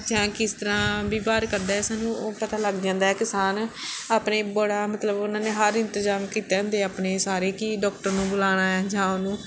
ਜਾਂ ਕਿਸ ਤਰ੍ਹਾਂ ਵੀ ਵਿਵਹਾਰ ਕਰਦਾ ਸਾਨੂੰ ਉਹ ਪਤਾ ਲੱਗ ਜਾਂਦਾ ਕਿਸਾਨ ਆਪਣੇ ਬੜਾ ਮਤਲਬ ਉਹਨਾਂ ਨੇ ਹਰ ਇੰਤਜ਼ਾਮ ਕੀਤੇ ਹੁੰਦੇ ਆਪਣੇ ਸਾਰੇ ਕਿ ਡਾਕਟਰ ਨੂੰ ਬੁਲਾਉਣਾ ਹੈ ਜਾਂ ਉਹਨੂੰ